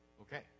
Okay